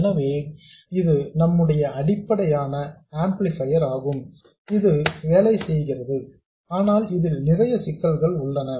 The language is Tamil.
எனவே இது நம்முடைய அடிப்படையான ஆம்ப்ளிபையர் ஆகும் இது வேலை செய்கிறது ஆனால் இதில் நிறைய சிக்கல்கள் உள்ளன